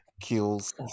Kills